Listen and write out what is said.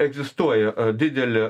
egzistuoja didelė